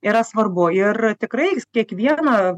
yra svarbu ir tikrai kiekvieną